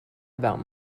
about